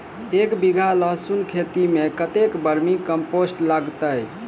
एक बीघा लहसून खेती मे कतेक बर्मी कम्पोस्ट लागतै?